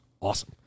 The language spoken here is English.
awesome